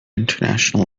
international